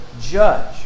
Judge